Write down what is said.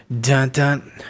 dun-dun